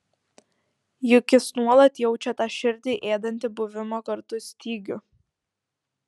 juk jis nuolat jaučia tą širdį ėdantį buvimo kartu stygių